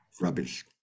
rubbish